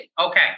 Okay